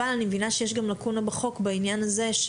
אני מבינה שיש גם לקונה בחוק בעניין הזה.